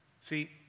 See